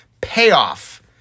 Payoff